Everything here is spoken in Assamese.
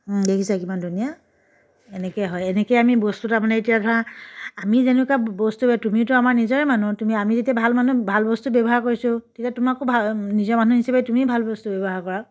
দেখিছা কিমান ধুনীয়া এনেকৈ হয় এনেকৈ আমি বস্তুটো তাৰমানে এতিয়া ধৰা আমি যেনেকুৱা বস্তু তুমিওতো আমাৰ নিজৰে মানুহ তুমি আমি যেতিয়া ভাল মানুহ ভাল বস্তু ব্যৱহাৰ কৰিছোঁ তেতিয়া তোমাকো ভা নিজৰ মানুহ হিচাপেই তুমিও ভাল বস্তু ব্যৱহাৰ কৰা